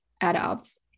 adults